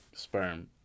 sperm